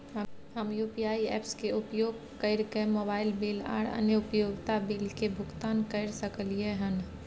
हम UPI apps के उपयोग कैरके मोबाइल बिल आर अन्य उपयोगिता बिल के भुगतान कैर सकलिये हन